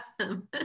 awesome